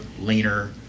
leaner